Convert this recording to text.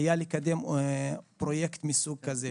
היה לקדם פרויקט מסוג כזה.